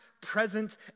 present